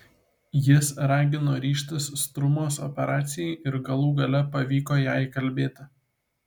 jis ragino ryžtis strumos operacijai ir galų gale pavyko ją įkalbėti